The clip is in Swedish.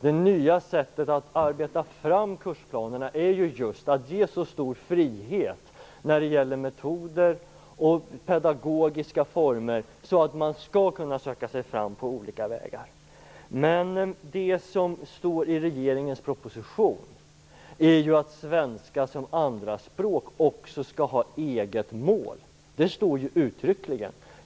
Det nya sättet att arbeta fram kursplanerna är just att ge så stor frihet när det gäller metoder och pedagogiska former så att det skall vara möjligt att söka sig fram på olika vägar. Det som står i regeringens proposition är ju att svenska som andra språk också skall ha ett eget mål. Det står uttryckligen.